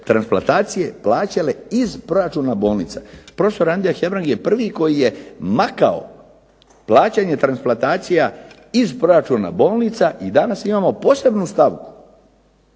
transplantacije plaćale iz proračuna bolnica. Profesor Andrija Hebrang je prvi koji je makao plaćanje transplantacija iz proračuna bolnica i danas imamo posebnu stavku